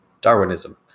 Darwinism